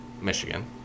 Michigan